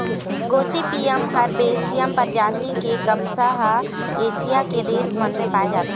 Gossypium हरबैसियम परजाति के कपसा ह एशिया के देश मन म पाए जाथे